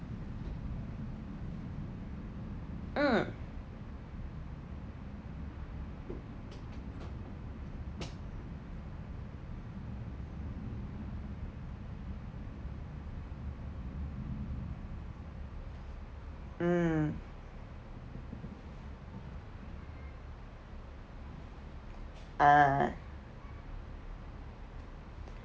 mm mm ah